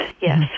yes